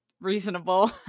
reasonable